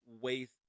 waste